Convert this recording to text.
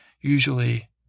usually